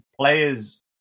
players